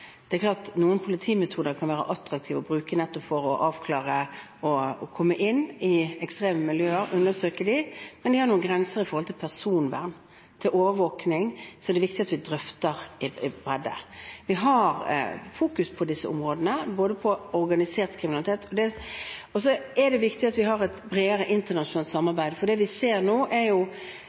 Det er klart at noen politimetoder kan være attraktive å bruke nettopp for å komme inn i ekstreme miljøer og undersøke dem, men det er noen grenser i forhold til personvern og overvåkning, så det er viktig at vi drøfter bredde. Vi har fokus på disse områdene, bl.a. når det gjelder organisert kriminalitet. Så er det viktig at vi har et bredere internasjonalt samarbeid, for det vi ser nå, er